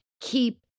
keep